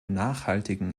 nachhaltigen